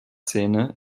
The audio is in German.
szene